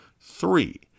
Three